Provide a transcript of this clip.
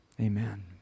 Amen